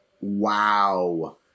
wow